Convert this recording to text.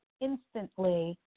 instantly